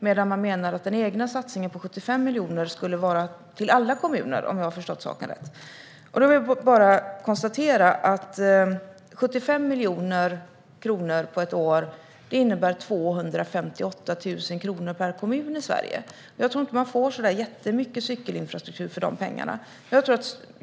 Man menar att den egna satsningen på 75 miljoner skulle gå till alla kommuner, om jag har förstått saken rätt. Då vill jag bara konstatera att 75 miljoner kronor på ett år innebär 258 000 kronor per kommun i Sverige. Jag tror inte att man får så mycket cykelinfrastruktur för dessa pengar.